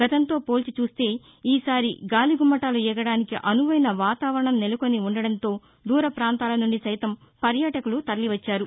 గతంతో పోల్చి చూస్తే ఈ సారి గాలి గుమ్మటాలు ఎగరడానికి అనువైన వాతావరణం నెలకొని వుండడంతో దూర పాంతాల నుండి సైతం పర్యాటకులు తరలి వచ్చారు